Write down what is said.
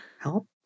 Help